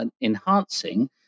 enhancing